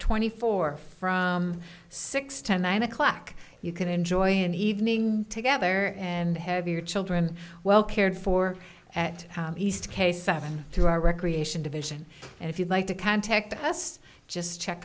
twenty four from six to nine o'clock you can enjoy an evening together and have your children well cared for at least k seven through our recreation division and if you'd like to contact us just check